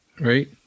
Right